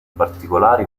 particolare